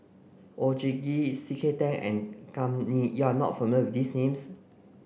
Oon Jin Gee C K Tang and Kam Ning you are not familiar with these names